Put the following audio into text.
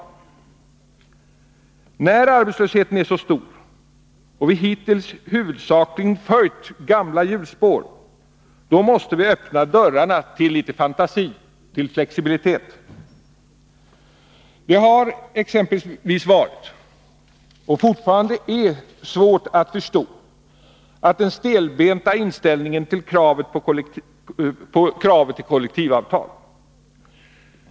Eftersom arbetslösheten är så stor och vi hittills huvudsakligen har följt gamla hjulspår, måste vi öppna dörrarna till litet fantasi och flexibilitet. Det har exempelvis varit, och är fortfarande, svårt att förstå den stelbenta inställningen till kravet på kollektivavtal.